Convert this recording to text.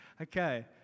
Okay